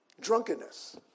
drunkenness